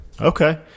Okay